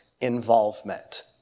involvement